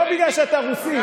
לא בגלל שאתה רוסי.